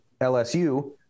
LSU